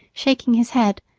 shaking his head,